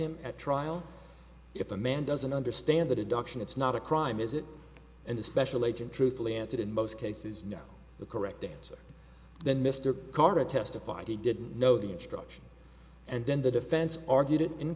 him at trial if a man doesn't understand that adoption it's not a crime is it and a special agent truthfully answered in most cases know the correct answer then mr carro testified he didn't know the instruction and then the defense argued it